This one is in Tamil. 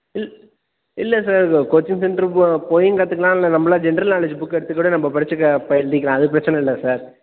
இல் இல்லை சார் கோச்சிங் சென்ட்ரு போ போயும் கற்றுக்கலாம் இல்லை நம்பளாக ஜென்ரல் நாலேஜு புக்கை எடுத்துக் கூட நம்ப படிச்சுக்க இப்போ எழுதிக்கலாம் அது பிரச்சனை இல்லை சார்